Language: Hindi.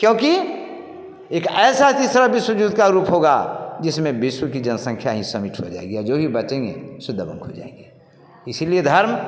क्योंकि एक ऐसा तीसरा विश्व युद्ध का रूप होगा जिसमें विश्व की जनसंख्या ही समित हो जाएगी और जो भी बचेंगे सो दबंग हो जाएंगे इसलिए धर्म